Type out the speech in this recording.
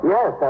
Yes